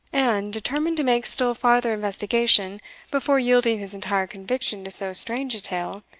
and, determined to make still farther investigation before yielding his entire conviction to so strange a tale,